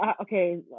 okay